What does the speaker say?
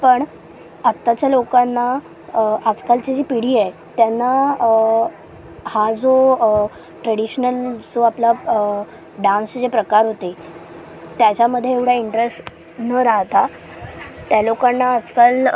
पण आताच्या लोकांना आजकालची जी पिढी आहे त्यांना हा जो ट्रेडिशनल जो आपला डांसचे जे प्रकार होते त्याच्यामध्ये एवढा इंटरेस्ट न राहता त्या लोकांना आजकाल